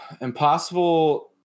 Impossible